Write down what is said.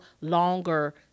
longer